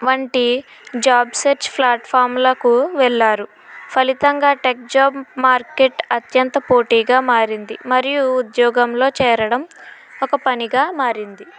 వంటి job search ప్లాట్ఫాములకు వెళ్ళారు ఫలితంగా టెక్ జాబ్ మార్కెట్ అత్యంత పోటీగా మారింది మరియు ఉద్యోగంలో చేరడం ఒక పనిగా మారింది